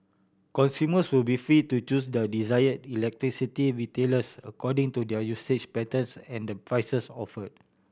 consumers will be free to choose their desired electricity retailers according to their usage patterns and the prices offered